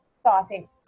starting